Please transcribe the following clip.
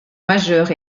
majeure